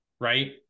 right